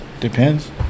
Depends